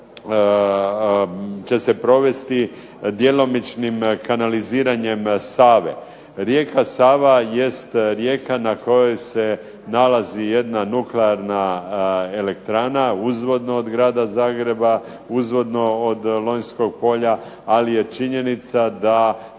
se zapravo će se provesti djelomičnim kanaliziranjem Save. Rijeka Sava jest rijeka na kojoj se nalazi jedna Nuklearna elektrana uzvodnog od grada Zagreba, uzvodno od Lonjskog polja, ali je činjenica da